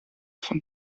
von